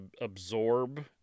absorb